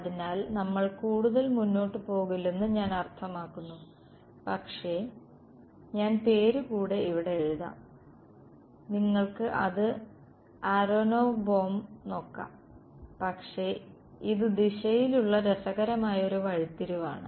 അതിനാൽ നമ്മൾ കൂടുതൽ മുന്നോട്ട് പോകില്ലെന്ന് ഞാൻ അർത്ഥമാക്കുന്നു പക്ഷേ ഞാൻ പേര് ഇവിടെ എഴുതാം നിങ്ങൾക്ക് അത് അരോനോവ് ബോം നോക്കാം പക്ഷേ ഇത് ദിശയിലുള്ള രസകരമായ ഒരു വഴിത്തിരിവാണ്